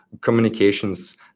communications